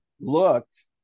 looked